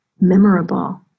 memorable